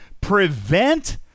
prevent